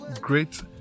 great